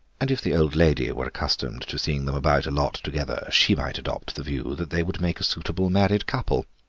and if the old lady were accustomed to seeing them about a lot together she might adopt the view that they would make a suitable married couple.